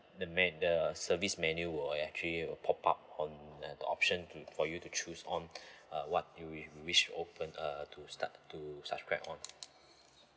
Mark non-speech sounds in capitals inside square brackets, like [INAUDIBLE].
the me~ the service menu will actually will pop up on uh the option for you to choose on [BREATH] uh what you'll wish to open uh to start to subscribe on